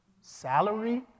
salary